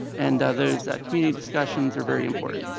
and ah those community discussions are very important.